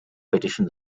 petition